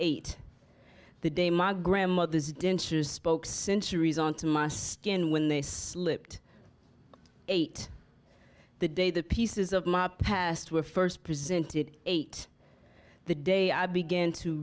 eight the day my grandmother's dentures spoke centuries on to my stand when they slipped ate the day the pieces of my past were first presented ate the day i began to